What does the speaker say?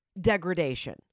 degradation